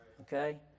okay